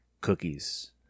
cookies